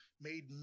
made